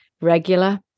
regular